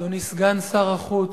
אדוני סגן שר החוץ,